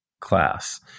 class